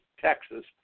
Texas